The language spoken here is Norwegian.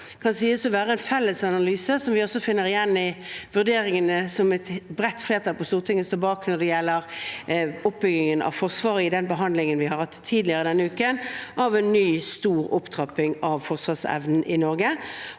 dette kan sies å være en felles analyse, som vi også finner igjen i vurderingene som et bredt flertall på Stortinget står bak når det gjelder oppbyggingen av Forsvaret, i den behandlingen vi har hatt tidligere denne uken av en ny stor opptrapping av forsvarsevnen i Norge.